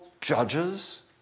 judges